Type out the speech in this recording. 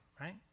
right